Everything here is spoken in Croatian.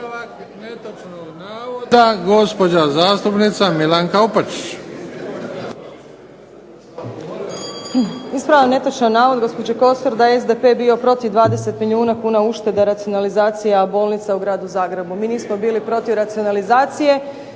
Ispravak netočnog navoda, gospođa zastupnica Milanka Opačić. **Opačić, Milanka (SDP)** Ispravljam netočan navod gospođe Kosor da je SDP bio protiv 20 milijuna kuna uštede racionalizacija bolnica u gradu Zagrebu. Mi nismo bili protiv racionalizacije,